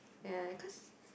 ya cause